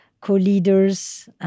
co-leaders